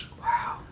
Wow